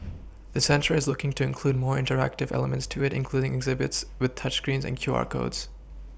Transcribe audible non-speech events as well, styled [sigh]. [noise] the centre is looking to include more interactive elements to it including exhibits with touch screens and Q R codes